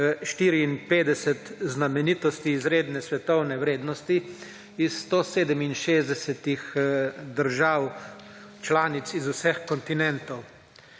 154 znamenitosti izredne svetovne vrednosti iz 167 držav članic z vseh kontinentov.